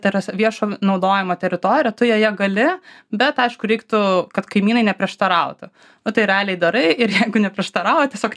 terasa viešo naudojimo teritorija tu joje gali bet aišku reiktų kad kaimynai neprieštarautų nu tai realiai darai ir jeigu neprieštarauja tiesiog